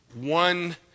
one